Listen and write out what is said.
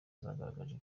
zagaragaje